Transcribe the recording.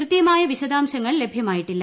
കൃതൃമായ വിശദാംശങ്ങൾ ലഭ്യമായിട്ടില്ല